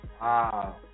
Wow